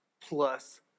plus